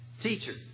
Teacher